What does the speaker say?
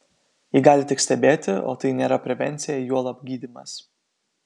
ji gali tik stebėti o tai nėra prevencija juolab gydymas